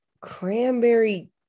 cranberry